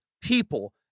people